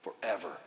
forever